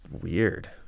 weird